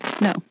No